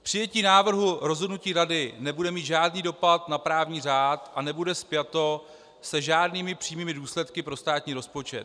Přijetí návrhu rozhodnutí Rady nebude mít žádný dopad na právní řád a nebude spjato se žádnými přímými důsledky pro státní rozpočet.